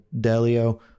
Delio